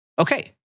Okay